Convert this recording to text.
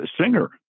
singer